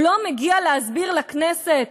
הוא לא מגיע להסביר לכנסת,